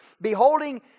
Beholding